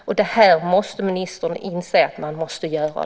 Ministern måste inse att någonting måste göras.